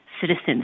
citizens